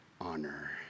honor